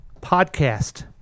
podcast